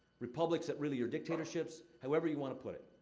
republics that really are dictatorships, however you want to put it.